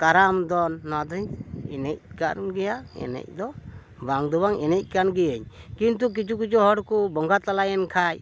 ᱠᱟᱨᱟᱢ ᱫᱚᱱ ᱱᱚᱣᱟ ᱫᱚᱧ ᱮᱱᱮᱡ ᱠᱟᱱ ᱜᱮᱭᱟ ᱮᱱᱮᱡ ᱫᱚ ᱵᱟᱝ ᱫᱚ ᱵᱟᱝ ᱮᱱᱮᱡ ᱠᱟᱱ ᱜᱤᱭᱟᱹᱧ ᱠᱤᱱᱛᱩ ᱠᱤᱪᱷᱩ ᱠᱤᱪᱷᱩ ᱦᱚᱲ ᱠᱚ ᱵᱚᱸᱜᱟ ᱛᱟᱞᱟᱭᱮᱱ ᱠᱷᱟᱱ